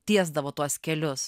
tiesdavo tuos kelius